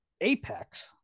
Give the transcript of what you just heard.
apex